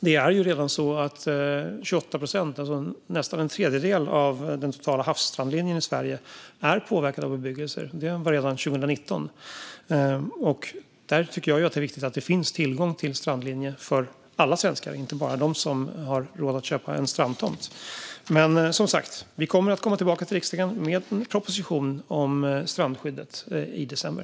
Det är redan så att 28 procent, nästan en tredjedel, av den totala havsstrandlinjen i Sverige är påverkad av bebyggelse. Så var det redan 2019. Jag tycker att det är viktigt att det finns tillgång till strandlinje för alla svenskar och inte bara för dem som har råd att köpa en strandtomt. Vi kommer som sagt att komma tillbaka till riksdagen med en proposition om strandskyddet i december.